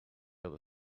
other